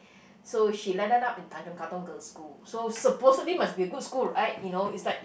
so she ended up in Tanjong-Katong-girls'-school so supposedly must be a good school right you know it's like